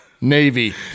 Navy